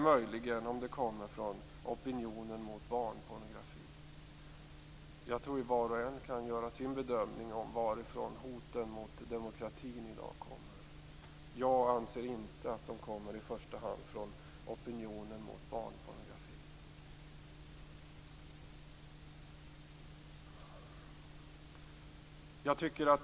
Eller kommer det möjligen från opinionen mot barnpornografi? Jag tror att var och en kan göra sin bedömning av varifrån hoten mot demokratin i dag kommer. Jag anser inte att de i första hand kommer från opinionen mot barnpornografi.